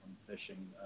fishing